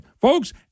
Folks